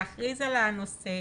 להכריז על הנושא